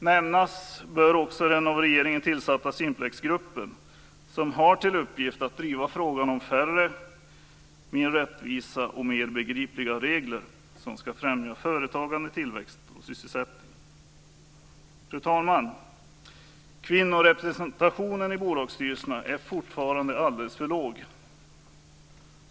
Nämnas bör också den av regeringen tillsatta Simplexgruppen som har till uppgift att driva frågan om färre, mer rättvisa och mer begripliga regler som ska främja företagande, tillväxt och sysselsättning. Fru talman! Kvinnorepresentationen i bolagsstyrelserna är fortfarande alldeles för låg.